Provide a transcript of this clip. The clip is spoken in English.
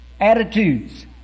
Attitudes